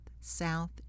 south